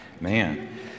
Man